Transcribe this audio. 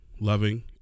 loving